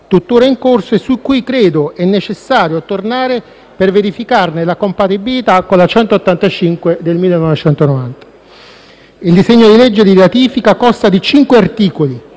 tuttora in corso, e su cui credo sia necessario tornare per verificarne la compatibilità con la legge n. 185 del 1990. Il disegno di legge di ratifica consta di cinque articoli